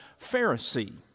Pharisee